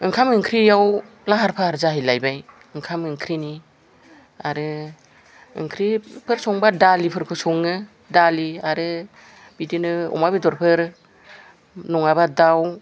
ओंखाम ओंख्रियाव लाहार फाहार जाहैलायबाय ओंखाम ओंख्रिनि आरो ओंख्रिफोर संबा दालिफोरखौ सङो दालि आरो बिदिनो अमा बेदरफोर नङाबा दाउ